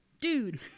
dude